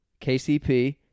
KCP